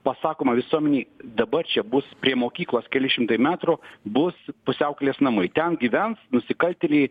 pasakoma visuomenei dabar čia bus prie mokyklos keli šimtai metrų bus pusiaukelės namai ten gyvens nusikaltėliai